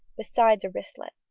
besides a wristlet.